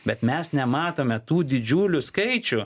bet mes nematome tų didžiulių skaičių